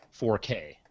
4K